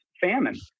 famine